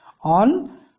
on